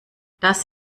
das